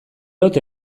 ote